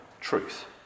Truth